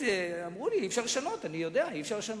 אמרו לי שאי-אפשר לשנות, אני יודע שאי-אפשר לשנות.